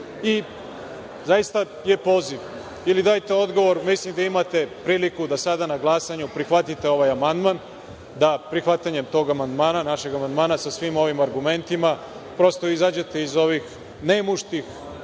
je poziv, ili dajte odgovor, mislim da imate priliku da sada na glasanju prihvatite ovaj amandman, da prihvatanjem toga amandmana, našeg amandmana sa svim ovim argumentima, prosto izađete iz ovih nemuštih